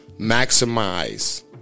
maximize